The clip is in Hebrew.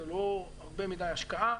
זה לא הרבה מדי השקעה,